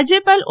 રાજ્યપાલ ઓ